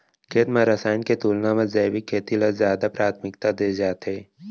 खेत मा रसायन के तुलना मा जैविक खेती ला जादा प्राथमिकता दे जाथे